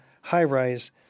high-rise